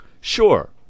Sure